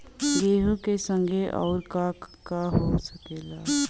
गेहूँ के संगे अउर का का हो सकेला?